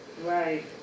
Right